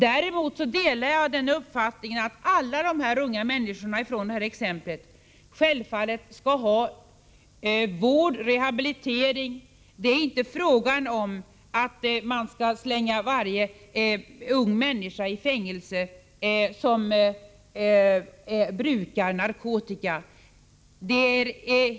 Däremot delar jag uppfattningen att alla de unga människorna i det här exemplet självfallet skall ha vård och rehabilitering. Det är inte fråga om att slänga varje ung människa i fängelse som brukar narkotika.